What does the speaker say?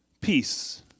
Peace